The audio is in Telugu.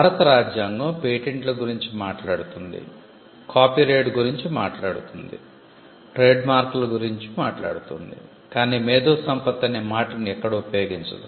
భారత రాజ్యాంగం పేటెంట్ల గురించి మాట్లాడుతుంది కాపీరైట్ గురించి మాట్లాడుతుంది ట్రేడ్మార్క్ల గురించి మాట్లాడుతుంది కాని మేధో సంపత్తి అనే మాటను ఎక్కడా ఉపయోగించదు